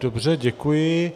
Dobře, děkuji.